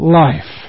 life